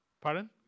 Pardon